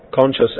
conscious